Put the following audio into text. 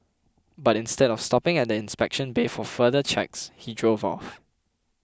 but instead of stopping at the inspection bay for further checks he drove off